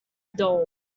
doll